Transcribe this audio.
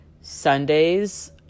Sundays